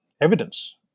evidence